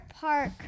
park